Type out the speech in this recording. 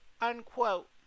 unquote